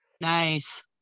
Nice